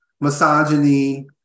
misogyny